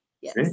Yes